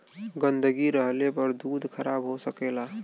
गन्दगी रहले पर दूध खराब हो सकेला